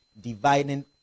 dividing